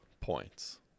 points